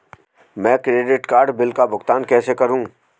मैं credit card bill का भुगतान कैसे करूं?